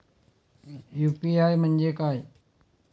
UPI म्हणजे काय?